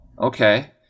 okay